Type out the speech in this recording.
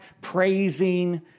praising